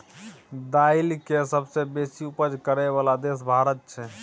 दाइल के सबसे बेशी उपज करइ बला देश भारत छइ